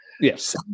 yes